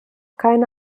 keine